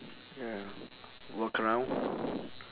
ya walk around